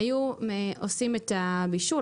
היו עושים את הבישול.